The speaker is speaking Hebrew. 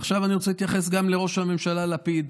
ועכשיו אני רוצה להתייחס לראש הממשלה לפיד,